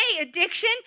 addiction